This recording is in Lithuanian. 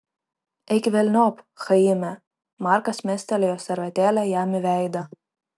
eik velniop chaime markas mestelėjo servetėlę jam į veidą